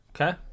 Okay